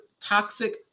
toxic